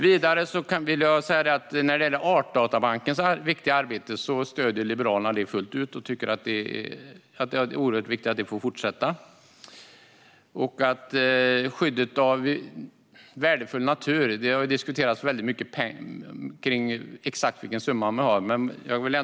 När det gäller artdatabankens viktiga arbete stöder Liberalerna det fullt ut och tycker att det är oerhört viktigt att det får fortsätta. När det gäller skyddet av värdefull natur har det diskuterats exakt vilken summa man ska ha.